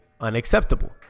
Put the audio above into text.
unacceptable